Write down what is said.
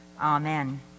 amen